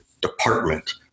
department